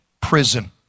prison